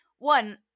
One